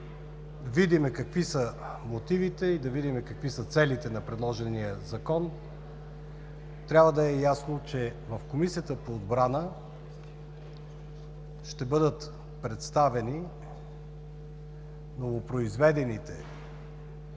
да видим какви са мотивите и целите на предложения Закон. Трябва да е ясно, че в Комисията по отбрана ще бъдат представени новопроизведените